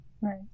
Right